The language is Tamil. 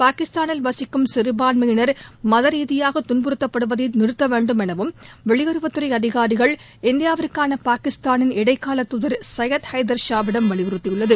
பாகிஸ்தானில் வசிக்கும் சிறுபான்மையினர் மத ரீதியாக துன்புறுத்தப்படுவதை நிறுத்த வேண்டும் எனவும் வெளியுறவுத்துறை அதிகாரிகள் இந்தியாவுக்கான பாகிஸ்தானின் இடைக்காலத் தூதர் சையது ஹைதர் ஷாவிடம் வலியுறுத்தியுள்ளது